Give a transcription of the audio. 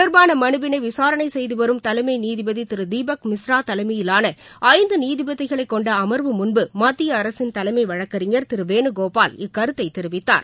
தொடர்பானமனுவினைவிசாரணைசெய்துவரும் தலைமைநீதிபதிதிருதீபக் மிஸ்ரா இது தலைமையிலானஐந்துநீதிபதிகளைக் கொண்டஅமா்பு முன் மத்திய அரசின் தலைமைவழக்கறிஞர் திருவேணுகோபல் இக்கருத்தைதெரிவித்தார்